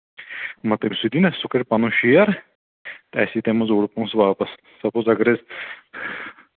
مَگر سُہ دِیٖنہ سُہ دِ پَنُن شِیر تہٕ اَسہِ یی تَمہِ منٛز اوٚڑ پونٛسہٕ واپَس سپوز اَگر أسۍ